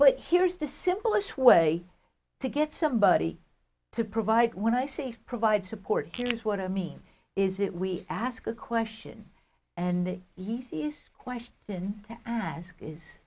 but here's the simplest way to get somebody to provide what i say is provide support here's what i mean is it we ask a question and the easiest question